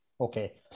Okay